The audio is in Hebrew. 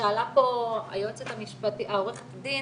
שאלה פה עורכת הדין,